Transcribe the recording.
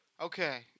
Okay